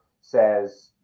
says